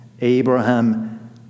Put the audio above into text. Abraham